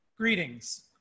Greetings